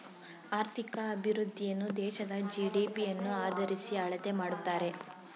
ಆರ್ಥಿಕ ಅಭಿವೃದ್ಧಿಯನ್ನು ದೇಶದ ಜಿ.ಡಿ.ಪಿ ಯನ್ನು ಆದರಿಸಿ ಅಳತೆ ಮಾಡುತ್ತಾರೆ